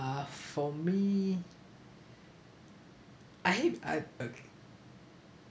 uh for me I hate I uh